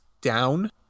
down